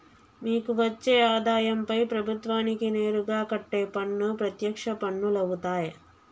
మీకు వచ్చే ఆదాయంపై ప్రభుత్వానికి నేరుగా కట్టే పన్ను ప్రత్యక్ష పన్నులవుతాయ్